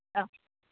okay